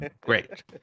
great